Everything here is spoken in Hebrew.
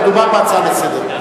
מדובר בהצעה לסדר-היום.